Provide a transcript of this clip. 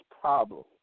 problem